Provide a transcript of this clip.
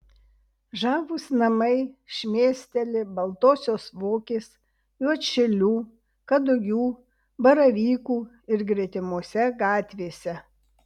žavūs namai šmėsteli baltosios vokės juodšilių kadugių baravykų ir gretimose gatvėse